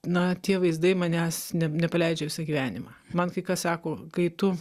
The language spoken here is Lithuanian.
na tie vaizdai manęs ne nepaleidžia visą gyvenimą man kai kas sako kai tu